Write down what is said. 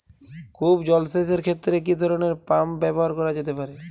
কূপ জলসেচ এর ক্ষেত্রে কি ধরনের পাম্প ব্যবহার করা যেতে পারে?